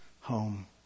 home